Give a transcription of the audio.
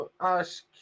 ask